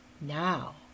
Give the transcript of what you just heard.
Now